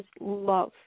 love